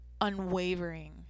unwavering